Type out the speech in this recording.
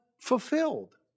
fulfilled